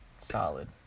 Solid